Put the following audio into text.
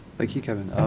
like you, kevin.